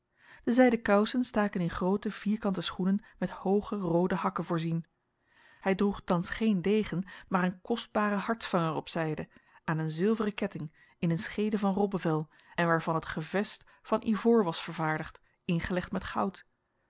de zijden kousen staken in groote vierkante schoenen met hooge roode hakken voorzien hij droeg thans geen degen maar een kostbaren hartsvanger op zijde aan een zilveren ketting in een scheede van robbevel en waarvan het gevest van ivoor was vervaardigd ingelegd met goud